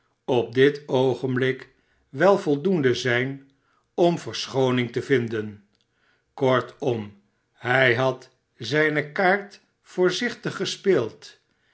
op dit oogenblik wel voldoende zijn om verschooping te vinden kortom hij had zijne kaart voorzichtig gespeeld